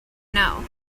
know